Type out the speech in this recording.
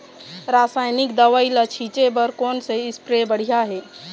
रासायनिक दवई ला छिचे बर कोन से स्प्रे बढ़िया हे?